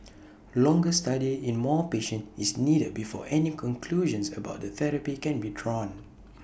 longer study in more patients is needed before any conclusions about the therapy can be drawn